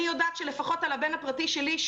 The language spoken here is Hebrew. אני יודעת שלפחות על הבן הפרטי שלי,